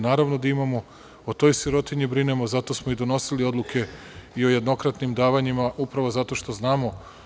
Naravno da imamo, o toj sirotinji brinemo, zato smo donosili odluke o jednokratnim davanjima, upravo zato što znamo.